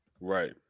Right